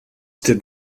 did